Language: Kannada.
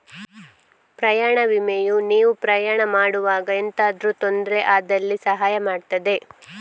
ಪ್ರಯಾಣ ವಿಮೆಯು ನೀವು ಪ್ರಯಾಣ ಮಾಡುವಾಗ ಎಂತಾದ್ರೂ ತೊಂದ್ರೆ ಆದಲ್ಲಿ ಸಹಾಯ ಮಾಡ್ತದೆ